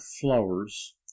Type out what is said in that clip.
flowers